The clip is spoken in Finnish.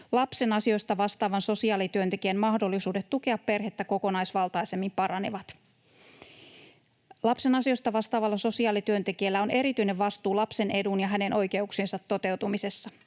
Lapsen asioista vastaavan sosiaalityöntekijän mahdollisuudet tukea perhettä kokonaisvaltaisemmin paranevat. Lapsen asioista vastaavalla sosiaalityöntekijällä on erityinen vastuu lapsen edun ja hänen oikeuksiensa toteutumisessa.